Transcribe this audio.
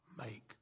make